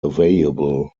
available